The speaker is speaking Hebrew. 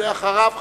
ואחריו,